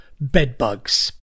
Bedbugs